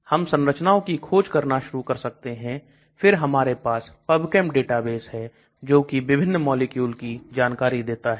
हम संरचनाओं की खोज करना शुरू कर सकते हैं फिर हमारे पास PubChem डेटाबेस है जोगी विभिन्न मॉलिक्यूल की जानकारी देता है